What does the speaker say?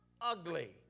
Ugly